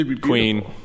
Queen